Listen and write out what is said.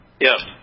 Yes